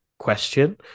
question